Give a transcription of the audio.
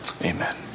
Amen